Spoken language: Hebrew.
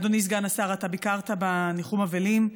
אדוני סגן השר, אתה ביקרת בניחום אבלים: